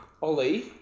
Ollie